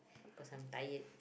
cause I'm tired